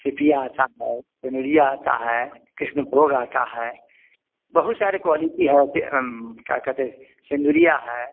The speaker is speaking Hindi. सीपिया आता है चमेलिया आता है कृष्णभोग आता है बहुत सारी क्वाॅलिटी है ऐसे क्या कहते सिंदूरिया है